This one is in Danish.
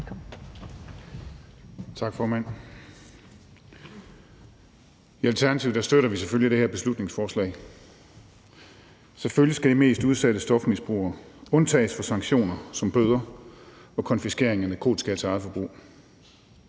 Tak, formand. I Alternativet støtter vi selvfølgelig det her beslutningsforslag. Selvfølgelig skal de mest udsatte stofmisbrugere undtages fra sanktioner som bøder og konfiskering af narkotika til eget forbrug.